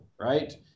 right